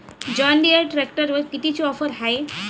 John Deere ट्रॅक्टरवर कितीची offer हाये?